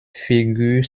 figure